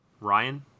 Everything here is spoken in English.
Ryan